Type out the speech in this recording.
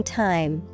time